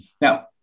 Now